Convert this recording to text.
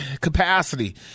capacity